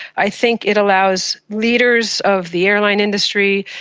i think it allows leaders of the airline industry,